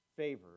favors